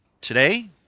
Today